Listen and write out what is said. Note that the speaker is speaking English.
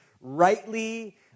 rightly